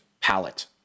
palette